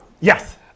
yes